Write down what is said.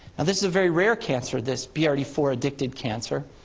and this is a very rare cancer, this b r d four addicted cancer.